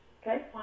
Okay